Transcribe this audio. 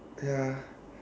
ya